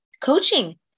coaching